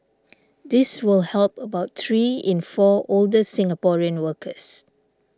this will help about three in four older Singaporean workers